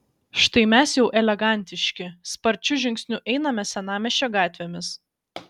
štai mes jau elegantiški sparčiu žingsniu einame senamiesčio gatvėmis